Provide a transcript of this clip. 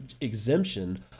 exemption